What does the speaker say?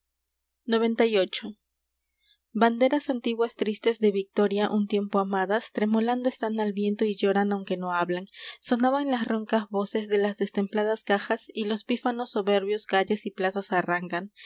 banderas antiguas tristes de victoria un tiempo amadas tremolando están al viento y lloran aunque no hablan sonaban las roncas voces de las destempladas cajas y los pífanos soberbios calles y plazas arrancan